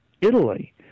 Italy